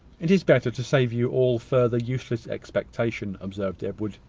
it is better to save you all further useless expectation, observed edward.